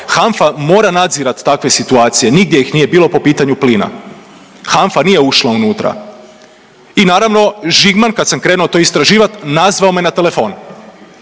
HANFA mora nadzirati takve situacije. Nigdje ih nije bilo po pitanju plina. HANFA nije ušla unutra. I naravno Žigman kad sam krenuo to istraživati nazvao me na telefon